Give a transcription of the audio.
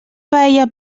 paella